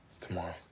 tomorrow